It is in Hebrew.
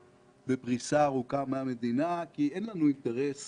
בפריסה ארוכה מהמדינה כי אין לנו אינטרס